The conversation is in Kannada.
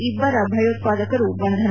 ಇಬ್ಬ ರ ಭಯೋತ್ಸಾದಕರ ಬಂಧನ